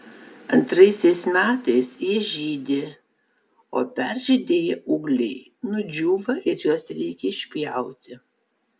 antraisiais metais jie žydi o peržydėję ūgliai nudžiūva ir juos reikia išpjauti